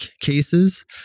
cases